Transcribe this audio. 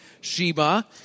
Sheba